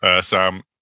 Sam